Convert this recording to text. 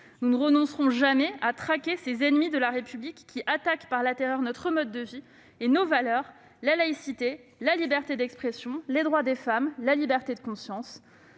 Nous ne renoncerons jamais à traquer ces ennemis de la République, qui attaquent par la terreur notre mode de vie et nos valeurs : la laïcité, la liberté d'expression, la liberté de conscience-